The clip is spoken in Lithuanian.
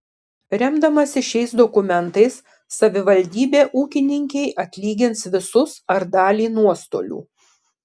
remdamasi šiais dokumentais savivaldybė ūkininkei atlygins visus ar dalį nuostolių